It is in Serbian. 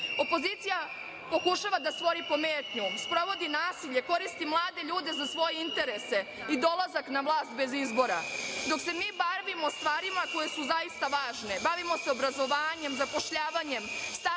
mere. Opozicija pokušava da stvori pometnju, sprovodi nasilje, koristi mlade ljude za svoje interese i dolazak na vlast bez izbora, dok se mi bavimo stvarima koje su zaista važne. Bavimo se obrazovanjem, zapošljavanjem,